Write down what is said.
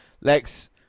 Lex